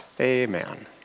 Amen